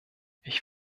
ich